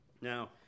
Now